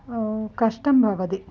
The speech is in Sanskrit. कष्टं भवति